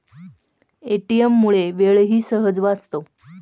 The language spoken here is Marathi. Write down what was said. ए.टी.एम मुळे वेळही सहज वाचतो